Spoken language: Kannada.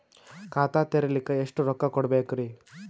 ಖಾತಾ ತೆರಿಲಿಕ ಎಷ್ಟು ರೊಕ್ಕಕೊಡ್ಬೇಕುರೀ?